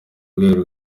rwego